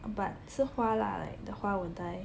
but 是花啦 like the 花 will die